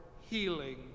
healing